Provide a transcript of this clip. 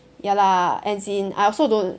ya lah as in I also don't